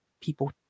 people